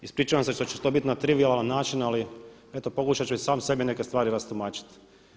Ispričavam se što će to biti na trivijalan način, ali eto pokušat ću i sam sebi neke stvari rastumačiti.